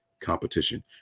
competition